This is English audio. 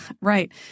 Right